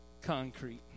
concrete